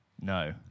No